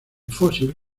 fósil